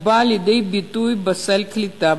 באה לידי ביטוי בסל קליטה,